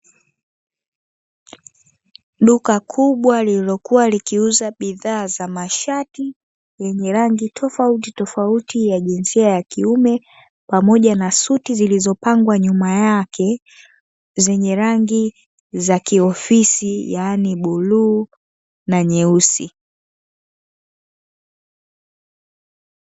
Duka kubwa lililokuwa likiuza bidhaa za mashati; yenye rangi tofautitofauti ya jinsia ya kiume, pamoja na suti zilizopangwa nyuma yake; zenye rangi za kiofisi yaani bluu na nyeusi.